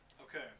Okay